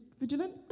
vigilant